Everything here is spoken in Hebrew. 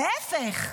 להפך,